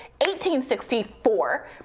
1864